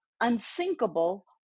unsinkable